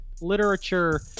Literature